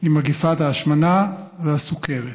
גם מגפת ההשמנה והסוכרת.